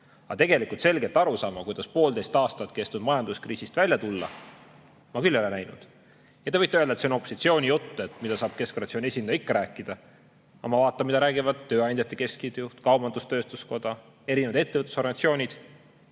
Aga tegelikult selget arusaama, kuidas poolteist aastat kestnud majanduskriisist välja tulla, ma küll ei ole näinud. Te võite öelda, et see on opositsiooni jutt, mida [muud] saab keskfraktsiooni esindaja ikka rääkida. Aga kui ma vaatan, mida räägivad tööandjate keskliidu juht, kaubandus-tööstuskoda, erinevad ettevõtlusorganisatsioonid